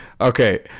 Okay